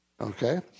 Okay